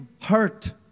Hurt